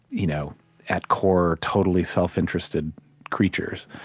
you know at core, totally self-interested creatures,